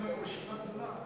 יש לכם היום רשימה גדולה.